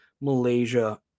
Malaysia